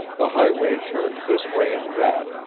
the highway turned this way and that,